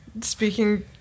speaking